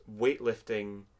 weightlifting